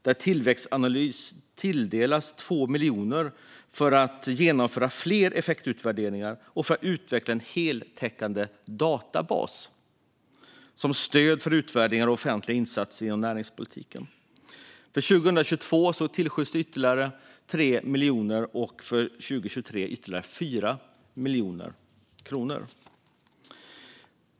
Där har Tillväxtanalys tilldelats 2 miljoner kronor för att genomföra fler effektutvärderingar och för att utveckla en heltäckande databas som stöd för utvärdering av offentliga insatser inom näringspolitiken. För 2022 tillskjuts ytterligare 3 miljoner och för 2023 ytterligare 4 miljoner kronor.